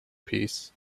piece